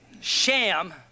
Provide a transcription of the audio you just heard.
sham